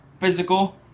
physical